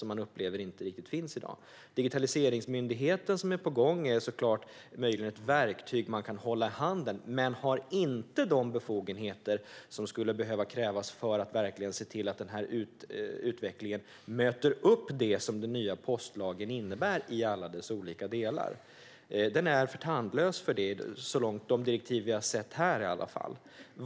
Det upplever man inte riktigt finns i dag. Digitaliseringsmyndigheten, som är på gång, är möjligen ett verktyg man kan hålla i handen, men den har inte de befogenheter som skulle krävas för att se till att utvecklingen möter det som den nya postlagen i alla dess olika delar innebär. Den är för tandlös för det, åtminstone de direktiv vi har sett här.